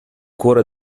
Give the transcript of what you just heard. cuore